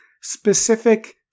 specific